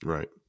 Right